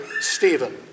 Stephen